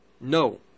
No